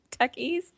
Techies